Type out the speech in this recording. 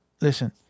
listen